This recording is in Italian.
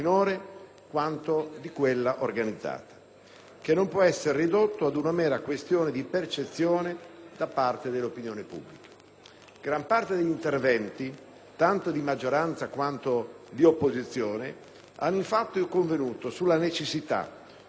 che non può essere ridotto ad una mera questione di percezione da parte dell'opinione pubblica. Gran parte degli interventi, tanto di maggioranza quanto di opposizione, hanno infatti convenuto sulla necessità di un maggiore impegno dello Stato su questi fronti.